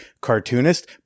cartoonist